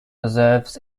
reserves